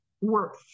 work